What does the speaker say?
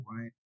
right